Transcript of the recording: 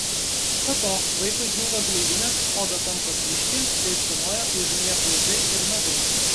be to vaikui džiūva gleivinės oda tampa blykši pleiskanoja lūžinėja plaukai ir nagai